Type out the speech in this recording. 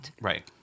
Right